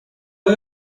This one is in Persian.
های